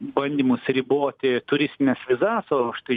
bandymus riboti turistines vizas o štai